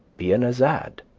be an azad,